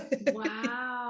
Wow